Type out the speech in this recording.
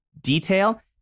detail